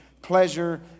pleasure